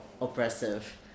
oppressive